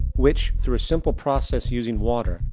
which, through a simple process using water,